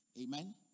Amen